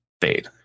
fade